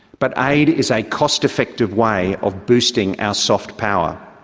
but aid is a cost-effective way of boosting our soft power.